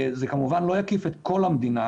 זה כמובן לא יקיף את כל המדינה,